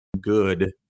good